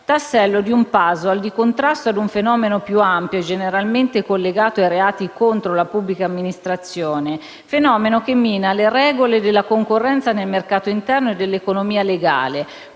tassello di un *puzzle* di contrasto a un fenomeno più ampio e generalmente collegato ai reati contro la pubblica amministrazione; fenomeno che mina le regole della concorrenza nel mercato interno e dell'economia legale,